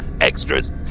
Extras